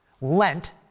Lent